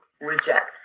reject